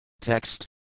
Text